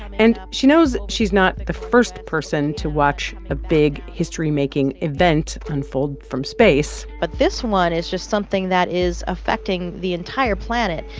and she knows she's not the first person to watch a big history-making event unfold from space but this one is just something that is affecting the entire planet.